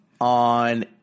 on